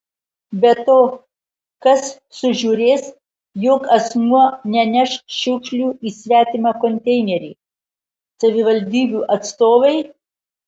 be to kas sužiūrės jog asmuo neneš šiukšlių į svetimą konteinerį savivaldybių atstovai